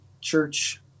church